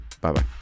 Bye-bye